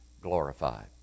glorified